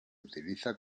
utiliza